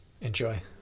Enjoy